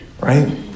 right